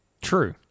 True